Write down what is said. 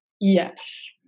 yes